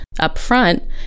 upfront